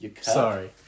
Sorry